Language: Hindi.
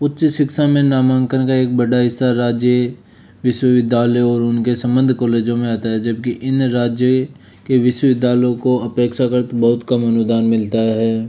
उच्च शिक्षा में नामांकन का एक बड़ा हिस्सा राज्य विश्वविद्यालय और उनके संबंध कॉलेजों में आता है जबकि इन राज्य के विश्वविद्यालयों को अपेक्षाकृत बहुत कम अनुदान मिलता है